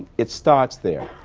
it starts there.